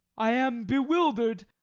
i am bewildered.